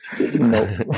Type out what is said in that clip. no